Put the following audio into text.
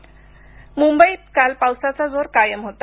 पाऊस मुंबईत काल पावसाचा जोर कायम होता